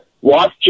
watch